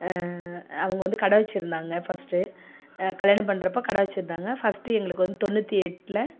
அவங்க வந்து கடை வச்சுருந்தாங்க ஃபஸ்ட்டு கல்யாணம் பண்ணுறப்ப கடை வச்சுருந்தாங்க ஃபஸ்ட்டு எங்களுக்கு வந்து தொண்ணூற்றி எட்டில்